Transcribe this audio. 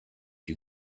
you